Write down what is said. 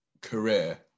career